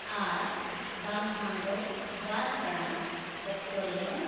ᱟᱨ ᱵᱟᱝᱠᱷᱟᱱ ᱫᱚ ᱵᱟᱨ ᱴᱟᱲᱟᱝ ᱚᱠᱛᱚ ᱨᱮᱦᱚᱧ